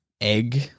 egg